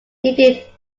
needed